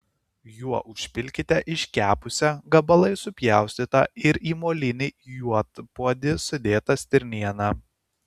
juo užpilkite iškepusią gabalais supjaustytą ir į molinį juodpuodį sudėtą stirnieną